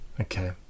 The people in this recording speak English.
okay